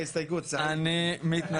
אין בעיה, זה יטופל.